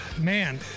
man